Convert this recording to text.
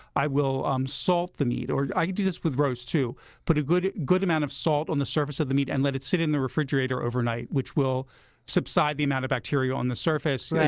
i will um salt the meat. i do this with roasts too put a good good amount of salt on the surface of the meat and let it sit in the refrigerator overnight, which will subside the amount of bacteria on the surface.